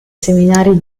seminari